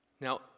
Now